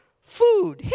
food